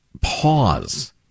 pause